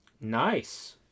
Nice